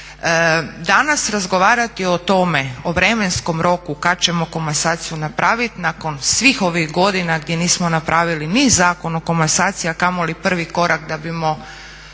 Danas razgovarati o tome, o vremenskom roku kad ćemo komasaciju napraviti nakon svih ovih godina gdje nismo napravili ni Zakon o komasaciji, a kamoli prvi korak da bimo